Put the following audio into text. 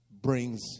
brings